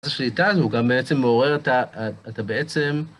השליטה הזו גם בעצם מעוררת, אתה בעצם...